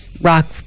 rock